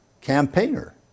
campaigner